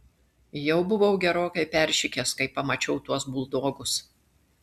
jau buvau gerokai peršikęs kai pamačiau tuos buldogus